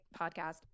podcast